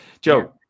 Joe